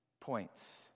points